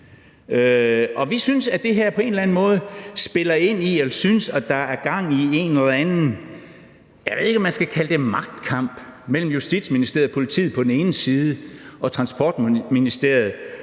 og vi synes, at det her på en eller anden måde spiller ind i det, og jeg ved ikke, om man skal kalde det magtkamp, der er gang i, mellem Justitsministeriet og politiet på den ene side og Transportministeriet